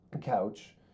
couch